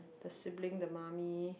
the sibling the mommy